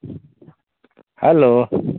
hello